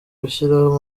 gushyiraho